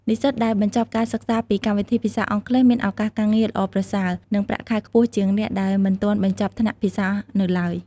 និស្សិតដែលបញ្ចប់ការសិក្សាពីកម្មវិធីភាសាអង់គ្លេសមានឱកាសការងារល្អប្រសើរ និងប្រាក់ខែខ្ពស់ជាងអ្នកដែលមិនទាន់បញ្ចប់ថ្នាក់ភាសានៅទ្បើយ។